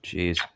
Jeez